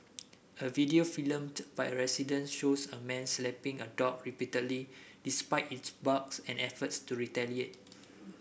a video filmed by a resident shows a man slapping a dog repeatedly despite its barks and efforts to retaliate